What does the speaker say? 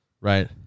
Right